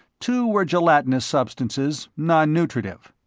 two were gelatinous substances, non-nutritive.